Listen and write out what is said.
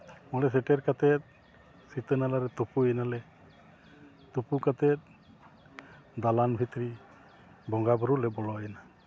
ᱚᱸᱰᱮ ᱥᱮᱴᱮᱨ ᱠᱟᱛᱮ ᱥᱤᱛᱟᱹ ᱱᱟᱞᱟᱨᱮ ᱛᱩᱯᱩᱭ ᱱᱟᱞᱮ ᱛᱩᱯᱩ ᱠᱟᱛᱮ ᱫᱟᱞᱟᱱ ᱵᱷᱤᱛᱨᱤ ᱵᱚᱸᱜᱟᱼᱵᱳᱨᱳ ᱞᱮ ᱵᱚᱞᱚᱭᱱᱟ